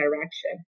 direction